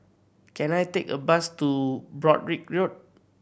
can I take a bus to Broadrick Road